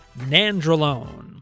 Nandrolone